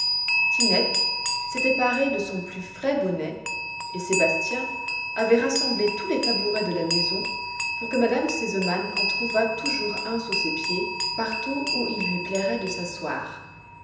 s'était parée de son plus frais bonnet et sébastien avait rassemblé tous les tabourets de la maison pour que m me sesemann en trouvât toujours un sous ses pieds partout où il lui plairait de s'asseoir